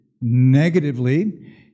negatively